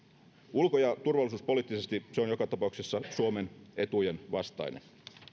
ulko ja turvallisuuspoliittisesti se on joka tapauksessa suomen etujen vastainen